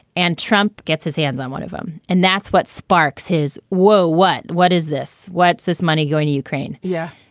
and trump gets his hands on one of them. and that's what sparks his. whoa, what what is this? what's this money going to ukraine? yeah.